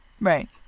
Right